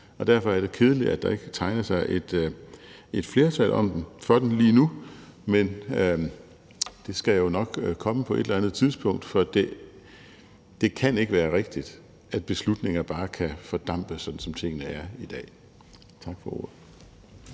derfor er det kedeligt, at der ikke tegner sig et flertal for den lige nu, men det skal jo nok komme på et eller andet tidspunkt, for det kan ikke være rigtigt, at beslutninger bare kan fordampe, sådan som tingene er i dag. Tak for ordet.